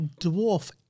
dwarf